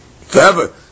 forever